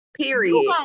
Period